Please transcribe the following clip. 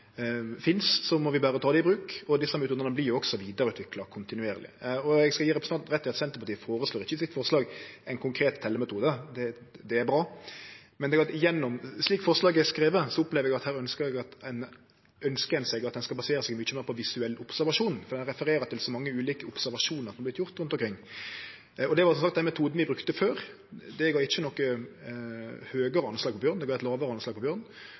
må vi berre ta det i bruk. Desse metodane vert jo også vidareutvikla kontinuerleg. Eg skal gje representanten rett i at Senterpartiet i forslaget sitt ikkje føreslår ein konkret teljemetode, og det er bra, men slik forslaget er skrive, opplever eg at her ønskjer ein seg at ein skal basere seg mykje meir på visuell observasjon, for ein refererer til så mange ulike observasjonar som har vorte gjorde rundt omkring. Og det var som sagt den metoden vi brukte før. Det gav ikkje noko høgare anslag på bjørn; det gav eit lågare anslag på bjørn.